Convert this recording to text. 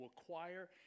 acquire